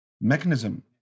mechanism